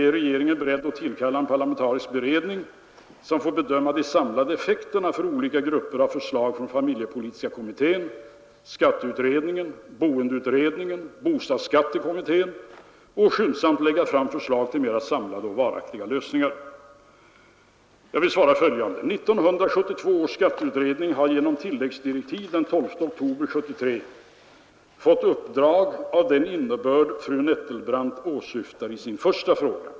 Är regeringen beredd att tillkalla en parlamentarisk beredning som får bedöma de samlade effekterna för olika grupper av förslag från familjepolitiska kommittén, skatteutredningen, boendeutredningen och bostadsskattekommittén och skyndsamt lägga fram förslag till mera samlade och varaktiga lösningar? Jag vill svara följande: 1972 års skatteutredning har genom tilläggsdirektiv den 12 oktober 1973 fått uppdrag av den innebörd fru Nettelbrandt åsyftar i sin första fråga.